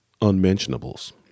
unmentionables